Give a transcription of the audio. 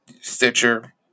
Stitcher